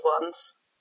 ones